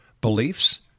beliefs